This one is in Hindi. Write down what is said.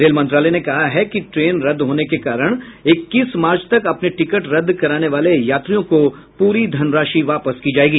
रेल मंत्रालय ने कहा है कि ट्रेन रद्द होने के कारण इक्कीस मार्च तक अपने टिकट रद्द कराने वाले यात्रियों को पूरी धनराशि वापस की जायेगी